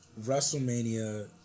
Wrestlemania